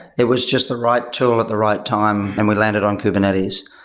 it was just the right tool at the right time, and we landed on kubernetes.